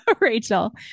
Rachel